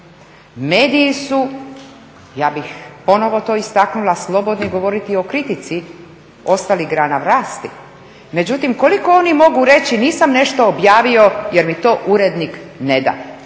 Mediji su ja bih ponovo to istaknula slobodni govoriti o kritici ostalih grana vlasti. međutim koliko oni mogu reći nisam nešto objavio jer mi to urednik ne da.